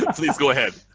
yeah please go ahead.